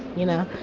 you know.